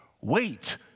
Wait